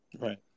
Right